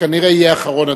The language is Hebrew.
שכנראה יהיה אחרון הדוברים.